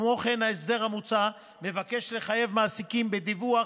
כמו כן, ההסדר המוצע מבקש לחייב מעסיקים בדיווח